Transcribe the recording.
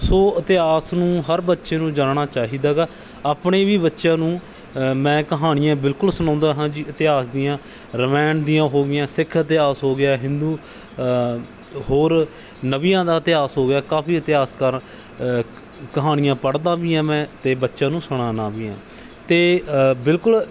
ਸੋ ਇਤਿਹਾਸ ਨੂੰ ਹਰ ਬੱਚੇ ਨੂੰ ਜਾਣਨਾ ਚਾਹੀਦਾ ਗਾ ਆਪਣੇ ਵੀ ਬੱਚਿਆਂ ਨੂੰ ਮੈਂ ਕਹਾਣੀਆਂ ਬਿਲਕੁਲ ਸੁਣਾਉਂਦਾ ਹਾਂ ਜੀ ਇਤਿਹਾਸ ਦੀਆਂ ਰਮਾਇਣ ਦੀਆਂ ਹੋ ਗਈਆਂ ਸਿੱਖ ਇਤਿਹਾਸ ਹੋ ਗਿਆ ਹਿੰਦੂ ਹੋਰ ਨਵਿਆਂ ਦਾ ਇਤਿਹਾਸ ਹੋ ਗਿਆ ਕਾਫ਼ੀ ਇਤਿਹਾਸਕਾਰਾਂ ਕਹਾਣੀਆਂ ਪੜ੍ਹਦਾ ਵੀ ਹਾਂ ਮੈਂ ਅਤੇ ਬੱਚਿਆਂ ਨੂੰ ਸੁਣਾ ਨਾ ਵੀ ਹਾਂ ਅਤੇ ਬਿਲਕੁਲ